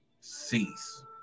cease